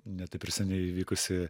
ne taip ir seniai įvykusi